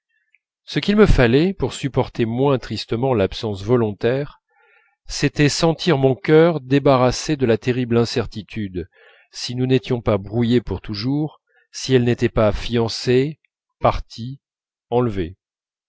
ce qu'il me fallait pour supporter moins tristement l'absence volontaire c'était sentir mon cœur débarrassé de la terrible incertitude de savoir si nous n'étions pas brouillés pour toujours si elle n'était pas fiancée partie enlevée